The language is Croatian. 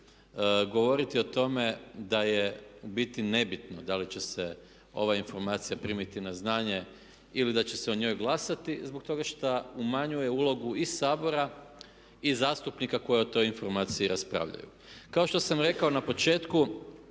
govoriti o tome da je u biti nebitno da li će se ova informacija primiti na znanje ili da će se o njoj glasati zbog toga što umanjuje ulogu i Sabora i zastupnika koji o toj informaciji raspravljaju. Kao što sam rekao na početku